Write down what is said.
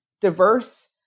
Diverse